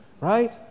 right